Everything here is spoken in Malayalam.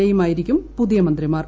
എയുമായിരിക്കും പുതിയ മന്ത്രിമാർ